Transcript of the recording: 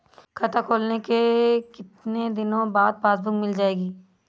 खाता खोलने के कितनी दिनो बाद पासबुक मिल जाएगी?